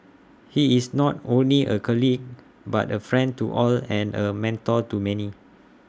he is not only A colleague but A friend to all and A mentor to many